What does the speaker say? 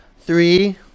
three